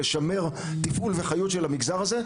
לשמר את התפעול והחיות של המגזר הזה,